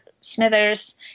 Smithers